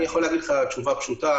אני יכול לתת לך תשובה פשוטה,